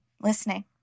listening